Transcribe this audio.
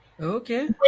Okay